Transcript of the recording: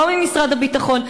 פה ממשרד הביטחון,